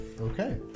Okay